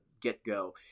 get-go